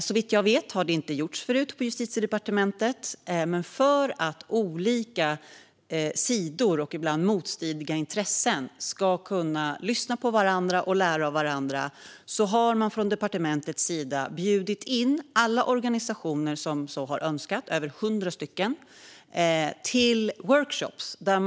Såvitt jag vet har det inte gjorts förut på Justitiedepartementet, men för att olika sidor och ibland motstridiga intressen ska kunna lyssna på varandra och lära av varandra har man från departementets sida bjudit in alla organisationer som så önskat - över 100 stycken - till workshoppar.